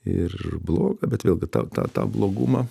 ir bloga bet vėlgi tą tą tą blogumą